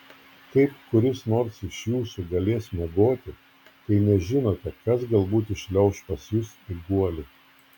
kaip kuris nors iš jūsų galės miegoti kai nežinote kas galbūt įšliauš pas jus į guolį